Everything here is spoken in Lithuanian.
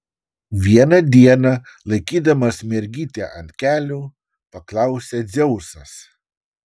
vieną dieną laikydamas mergytę ant kelių paklausė dzeusas